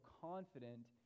confident